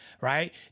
right